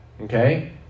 Okay